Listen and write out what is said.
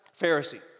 Pharisee